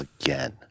again